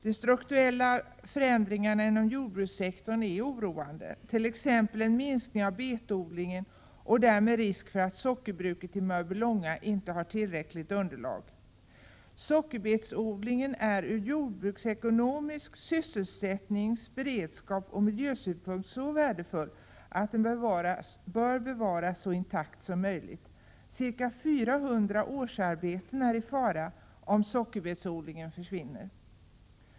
De strukturella förändringarna inom jordbrukssektorn är oroande, t.ex. en minskning av betodlingen och därmed risk för att sockerbruket i Mörbylånga inte har tillräckligt underlag. Sockerbetsodlingen är såväl ur jordbruksekonomisk synpunkt som ur sysselsättnings-, beredskapsoch miljösynpunkt så värdefull att den bör bevaras så intakt som möjligt. Ca 400 årsarbeten är i fara om sockerbetsodlingen försvinner.